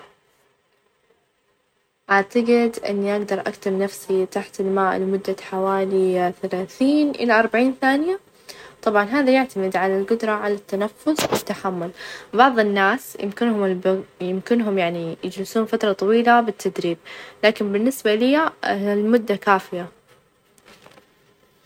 أعتقد إن أقدر أمشي بين خمسةعشر إلى عشرين كيلو متر في اليوم واحد ، إذا كان الجو معتدل ،وما في عوايق، أحيانًا أحب استمتع بالمشي في مكان -ال- طبيعي، وأثناء السفر، لكن بعد يعتمد على النشاط، والوقت المتاح.